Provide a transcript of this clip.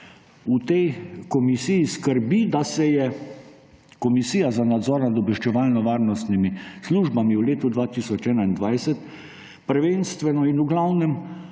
v tej komisiji skrbi, da se je Komisija za nadzor nad obveščevalno-varnostnimi službami v letu 2021 prvenstveno in v glavnem